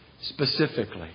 specifically